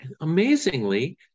Amazingly